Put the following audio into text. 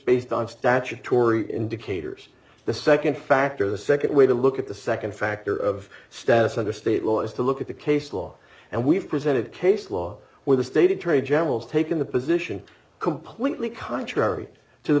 based on statutory indicators the second factor the second way to look at the second factor of status under state law is to look at the case law and we've presented case law where the state attorney general's taken the position completely contrary to the